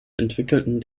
entwickelten